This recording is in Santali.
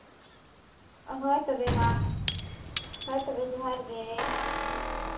ᱦᱳᱭ ᱛᱚᱵᱮ ᱢᱟ ᱦᱳᱭ ᱛᱚᱵᱮ ᱡᱚᱦᱟᱨ ᱜᱮ